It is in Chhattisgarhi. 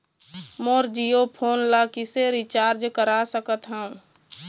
मोर जीओ फोन ला किसे रिचार्ज करा सकत हवं?